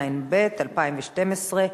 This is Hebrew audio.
התשע"ב 2012,